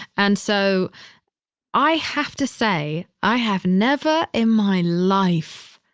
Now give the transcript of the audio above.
and so i have to say, i have never in my life,